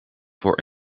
voor